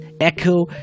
Echo